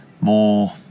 more